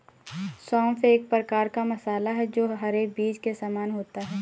सौंफ एक प्रकार का मसाला है जो हरे बीज के समान होता है